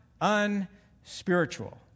unspiritual